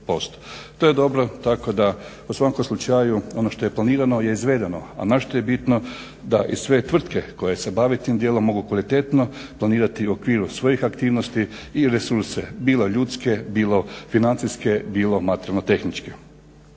To je dobro tako da u svom slučaju ono što je planirano je izvedeno, a naročito je bitno da i sve tvrtke koje se bave tim dijelom mogu kvalitetno planirati u okviru svojih aktivnosti i resurse bilo ljudske, bilo financijske, bilo materijalno-tehničke.